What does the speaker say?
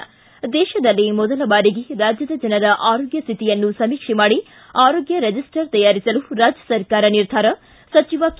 ಿ ದೇಶದಲ್ಲೇ ಮೊದಲ ಬಾರಿಗೆ ರಾಜ್ಯದ ಜನರ ಆರೋಗ್ಯ ಸ್ವಿತಿಯನ್ನು ಸಮೀಕ್ಷೆ ಮಾಡಿ ಆರೋಗ್ಯ ರಿಜಿಸ್ಸರ್ ತಯಾರಿಸಲು ರಾಜ್ಯ ಸರ್ಕಾರ ನಿರ್ಧಾರ ಸಚಿವ ಕೆ